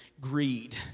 greed